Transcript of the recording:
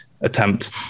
attempt